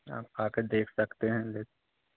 आप आकर देख सकते है ले